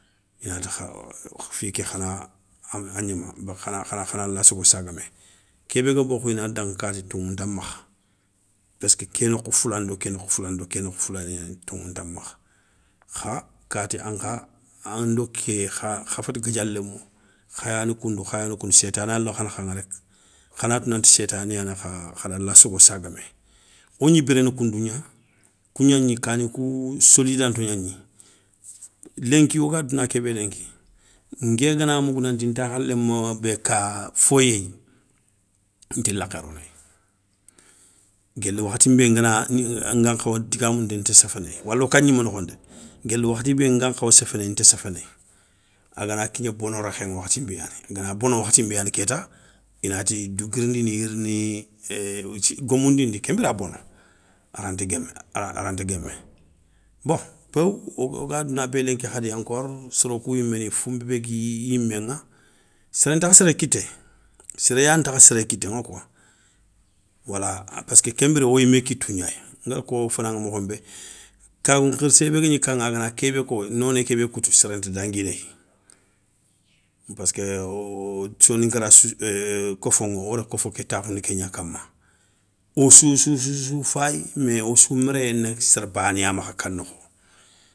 Inati kha fi ké khana a gnama khanala sogo sagamé, ké bé ga bokhou inati kati toŋou nta makha, peski ké nokhou foulani do ké nokhou foulani do ké nokhou foulani toŋou nta makha kha kati ankha ando ké kha féti guédialémo kha yani koundou kha yani koundou. séytané ya lo kha nakha ŋa rek. Khana tou nanti seytané yana kha khadala sogo sagamé, wogni biréné koundou gna, kou gnagni kani kou solidanto gnagni. Lenki woga douna kébé lenki nké gana mougou nanti ntakhaléma bé ka fo yéyi, nti lakhé ronéyi, guéli wakhati ngana nga nkhawa digamounou téy nti séféné wala wo ka gnimé nokho ndé. Guéli wakhati bé nga khawa séféné nti séféné a gana kigné bono rékhéŋa wakhati nbé yani gana bono wakhati nbé yani kéta i nati dou guirindini i ya rini ééé geumoundindi, kenbira a bono a ranta guémé, a ra aranta guémé. Bon péw o o ga douna bé lenki khadi, encore soro kou yiméni founbé gui i yiméŋa séré ntakha séré kité séré yantakha séré kitéŋa koi. Wala pésk kenbiré woyimé kitougnaya ngada ko fanaŋa mokhonbé, kan khirsé bé guégni kaŋa a gana kébé ko, noné kébé koutou sérénta dangui néyi, paskeu soninkara sou kafoŋa woda kofo ké takhoundi ké gna kama, wossoussou fayi mé wossou méréyé na séré bané ya makha ka nokho.